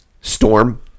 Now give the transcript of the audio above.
Storm